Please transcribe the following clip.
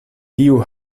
tiu